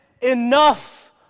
enough